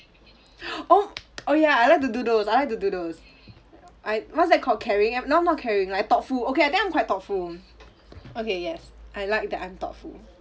oh oh ya I like to do those I like to do those I what's that called caring no I'm not caring like thoughtful okay I think I'm quite thoughtful okay yes I like that I'm thoughtful